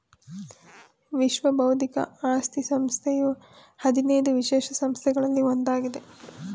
ವಿಶ್ವ ಬೌದ್ಧಿಕ ಆಸ್ತಿ ಸಂಸ್ಥೆಯು ಹದಿನೈದು ವಿಶೇಷ ಸಂಸ್ಥೆಗಳಲ್ಲಿ ಒಂದಾಗಿದೆ